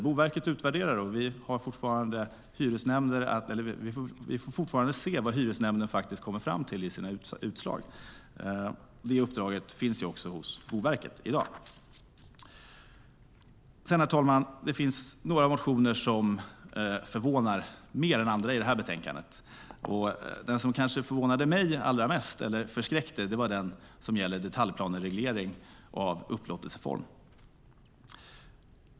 Boverket utvärderar, och vi får se vad hyresnämnderna kommer fram till i sina utslag. Det uppdraget finns också hos Boverket i dag. Det finns, herr talman, några motioner som förvånar mer än andra i det här betänkandet. Den som kanske förvånade - eller förskräckte - mig allra mest var den som gäller detaljplanereglering av upplåtelseform.